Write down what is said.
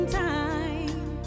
time